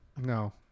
No